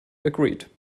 agreed